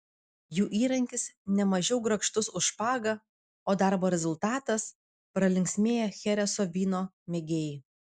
jų įrankis nemažiau grakštus už špagą o darbo rezultatas pralinksmėję chereso vyno mėgėjai